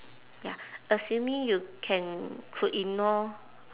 ya assuming you can could ignore